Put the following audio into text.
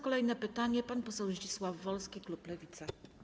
Kolejne pytanie zada pan poseł Zdzisław Wolski, klub Lewica.